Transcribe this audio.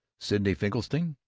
sidney finkelstein,